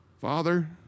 Father